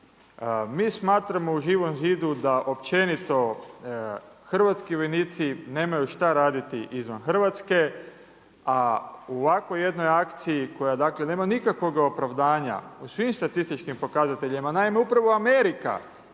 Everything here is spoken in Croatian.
Mi smatramo u Živom zidu da općenito hrvatski vojnici nemaju šta raditi izvan Hrvatske, a u ovakvoj jednoj akciji koja nema nikakvoga opravdanja po svim statističkim pokazateljima, naime upravo Amerika